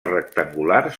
rectangulars